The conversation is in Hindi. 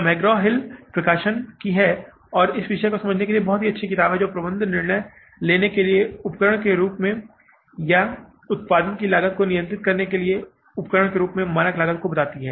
यह मैकग्रा हिल प्रकाशन है और यह इस विषय को समझने के लिए एक बहुत अच्छी किताब है जो प्रबंधन निर्णय लेने के उपकरण के रूप में या उत्पादन की लागत को नियंत्रित करने के उपकरण के रूप में मानक लागत को बताती है